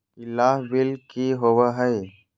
ई लाभ बिल की होबो हैं?